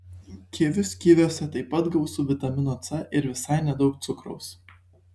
kivius kiviuose taip pat gausu vitamino c ir visai nedaug cukraus